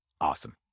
Awesome